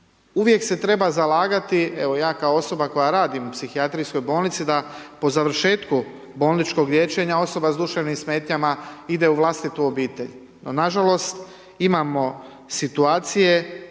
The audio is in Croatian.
Uvijek se treba zalagati, evo ja kao osoba koja radim u psihijatrijskoj bolnici da po završetku bolničkog liječenja osoba s duševnim smetnjama ide u vlastitu obitelj, no nažalost imamo situacije